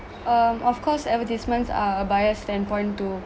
um of course advertisements are biased and point to